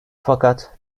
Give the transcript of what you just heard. fakat